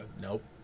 nope